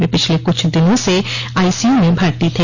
वे पिछले कुछ दिनों से आईसीयू में भर्ती थ